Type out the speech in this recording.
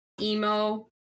emo